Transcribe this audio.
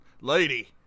lady